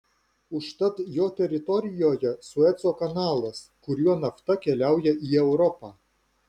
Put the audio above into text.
užtat jo teritorijoje sueco kanalas kuriuo nafta keliauja į europą